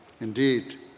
Indeed